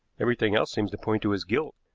everything else seems to point to his guilt.